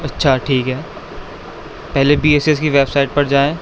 اچھا ٹھیک ہے پہلے بی ایس ایس کی ویب سائٹ پر جائیں